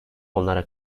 onlara